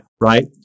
right